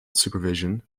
supervision